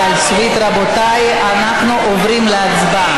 אז זה שאמר שנמחק הפער, אז אין מילת קסם כזאת.